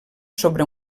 sobre